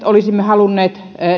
olisimme halunneet